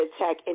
attack